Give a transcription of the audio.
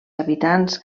habitants